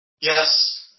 Yes